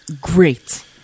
great